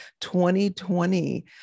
2020